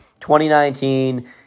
2019